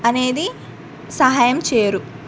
అనేది సహాయం చేయరు